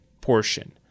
portion